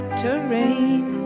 terrain